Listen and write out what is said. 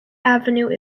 avenue